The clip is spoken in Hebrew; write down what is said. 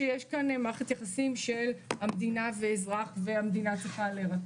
יחסי אזרח ומדינה.